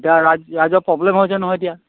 এতিয়া ৰাজৰ প্ৰব্লেম হৈছে নহয় এতিয়া